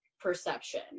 perception